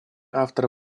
авторы